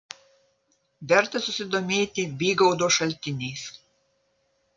verta susidomėti bygaudo šaltiniais